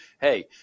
hey